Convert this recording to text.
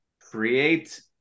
create